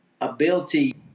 ability